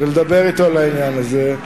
ולדבר אתו על העניין הזה.